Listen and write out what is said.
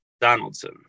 Donaldson